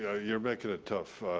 ah you're making it tough.